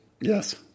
Yes